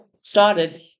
started